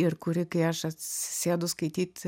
ir kuri kai aš atsisėdu skaityti